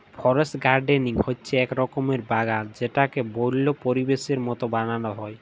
forest gardening হচ্যে এক রকমের বাগাল যেটাকে বল্য পরিবেশের মত বানাল হ্যয়